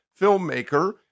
filmmaker